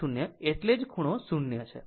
તો π 0 એટલે જ ખૂણો 0 છે